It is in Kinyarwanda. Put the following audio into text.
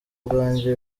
ubwanjye